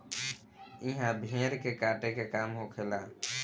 इहा भेड़ के काटे के काम होखेला